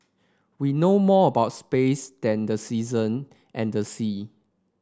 we know more about space than the season and the sea